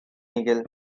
nigel